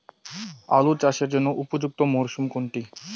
আলু চাষের জন্য উপযুক্ত মরশুম কোনটি?